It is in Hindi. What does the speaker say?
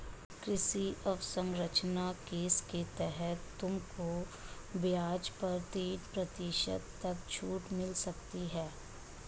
कृषि अवसरंचना कोष के तहत तुमको ब्याज पर तीन प्रतिशत तक छूट मिल सकती है